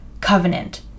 covenant